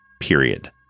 period